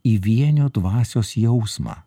į vienio dvasios jausmą